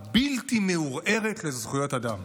הבלתי-מעורערת לזכויות אדם.